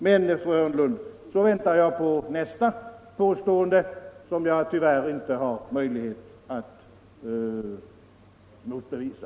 Nu, fru Hörnlund, väntar jag på nästa påstående som jag tyvärr inte har möjlighet att motbevisa.